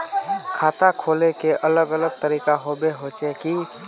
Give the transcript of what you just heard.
खाता खोले के अलग अलग तरीका होबे होचे की?